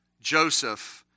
Joseph